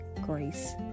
grace